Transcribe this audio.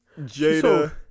Jada